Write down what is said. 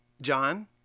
John